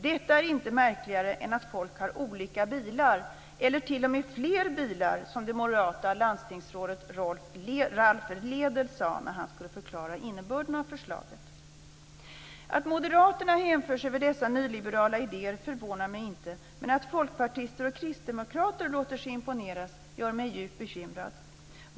Detta är inte märkligare än att folk har olika bilar eller t.o.m. flera bilar, som det moderata landstingsrådet Ralf Ledél sade när han skulle förklara innebörden av förslaget. Att moderaterna hänförs över dessa nyliberala idéer förvånar mig inte, men att folkpartister och kristdemokrater låter sig imponeras gör mig djupt bekymrad.